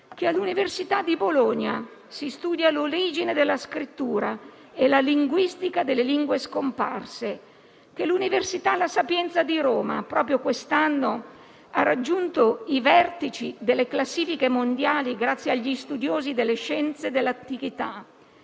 che all'università di Bologna si studia l'origine della scrittura e la linguistica delle lingue scomparse; che l'Università La Sapienza di Roma, proprio quest'anno, ha raggiunto i vertici delle classifiche mondiali grazie agli studiosi delle scienze dell'antichità.